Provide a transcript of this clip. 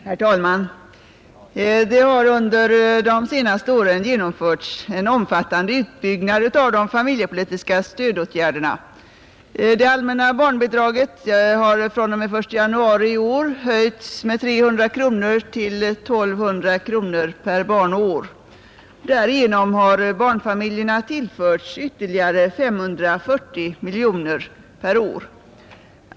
Herr talman! Det har under de senaste åren genomförts en omfattande utbyggnad av de familjepolitiska stödåtgärderna. Det allmänna barnbidraget har fr.o.m. den 1 januari i år höjts med 300 kronor till 1 200 kronor per barn och år. Därigenom har barnfamiljerna tillförts ytterligare 540 miljoner kronor per år.